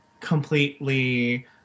completely